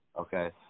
Okay